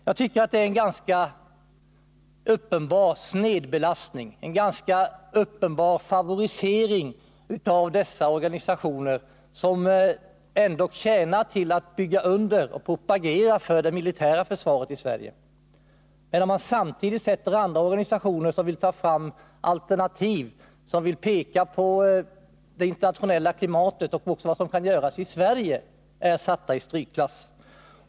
Jag tycker att det här föreligger en ganska uppenbar snedvridning, en ganska uppenbar favorisering av de frivilliga försvarsorganisationerna, som ändå tjänar till att bygga under och propagera för det militära försvaret i Sverige, samtidigt som dessa andra organisationer som vill ta fram alternativ och peka på det internationella klimatet och vad som kan göras i Sverige är satta i strykklass.